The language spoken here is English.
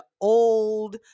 old